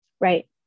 Right